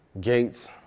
gates